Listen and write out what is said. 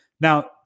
Now